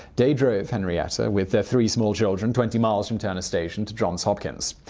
day drove henrietta with their three small children, twenty miles from turner station to johns hopkins.